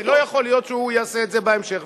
אבל לא יכול להיות שהוא יעשה את זה בהמשך.